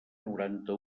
noranta